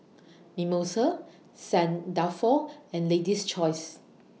Mimosa Saint Dalfour and Lady's Choice